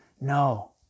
No